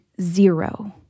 zero